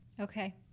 Okay